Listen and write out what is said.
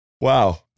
Wow